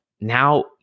Now